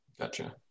Gotcha